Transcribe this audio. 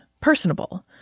personable